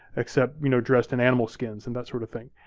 except you know dressed in animal skins and that sort of thing.